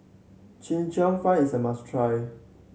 Chee Cheong Fun is a must try